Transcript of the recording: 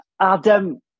Adam